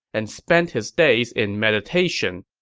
and spent his days in meditation.